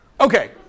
Okay